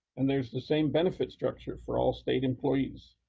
and there's the same benefit structure for all state employees.